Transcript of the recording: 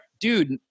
dude